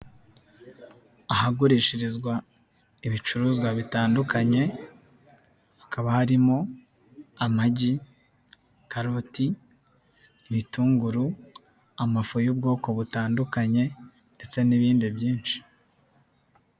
Ahagurishirizwa ibicuruzwa bitandukanye, hakaba harimo, amagi, karoti, ibitunguru, amafu y'ubwoko butandukanye, ndetse n'ibindi byinshi.